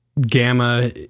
Gamma